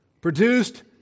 produced